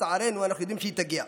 שלצערנו אנחנו יודעים שתגיע.